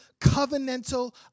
covenantal